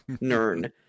Nern